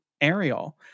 Ariel